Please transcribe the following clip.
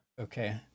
Okay